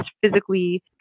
physically